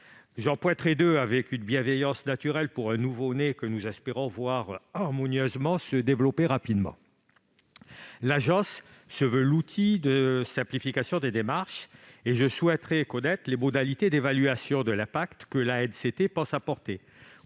J'en pointerai deux, avec une bienveillance naturelle pour un nouveau-né que nous espérons voir se développer harmonieusement et rapidement. Premièrement, l'agence se veut l'outil de simplification des démarches. Je souhaiterais connaître les modalités d'évaluation de l'impact que l'ANCP pense apporter.